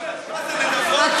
נדבות לסופרים?